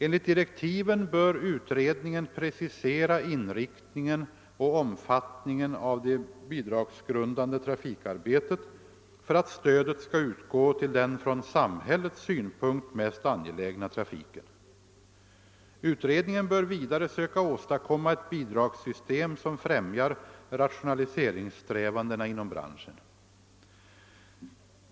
Enligt direktiven bör utredningen precisera inriktningen och omfattningen av det bidragsgrundande trafikarbetet, så att stödet skall utgå till den ur samhällets synpunkt mest angelägna trafiken. Utredningen bör vidare söka åstadkomma ett bidragssystem, som främjar rationaliseringssträvandena inom branschen.